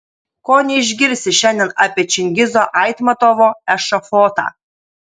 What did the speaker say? ko neišgirsi šiandien apie čingizo aitmatovo ešafotą